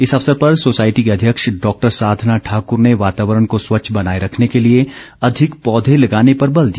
इस अवसर पर सोसायटी की अध्यक्ष डॉक्टर साधना ठाकूर ने वातावरण को स्वच्छ बनाए रखने के लिए अधिक पौधे लगाने पर बल दिया